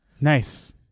nice